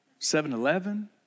7-Eleven